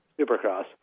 Supercross